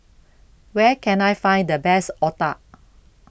Where Can I Find The Best Otah